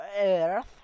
Earth